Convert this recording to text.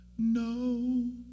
No